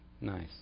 nice